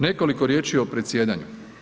Nekoliko riječi o predsjedanju.